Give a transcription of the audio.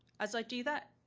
as i do that,